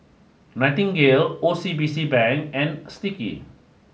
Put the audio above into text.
nightingale O C B C Bank and Sticky